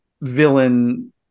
villain